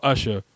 Usher